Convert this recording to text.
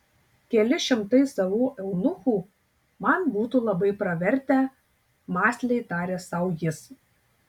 keli šimtai savų eunuchų man būtų labai pravertę mąsliai tarė sau jis